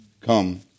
come